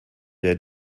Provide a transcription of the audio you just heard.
der